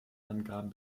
angaben